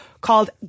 called